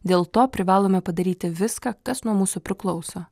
dėl to privalome padaryti viską kas nuo mūsų priklauso